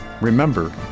remember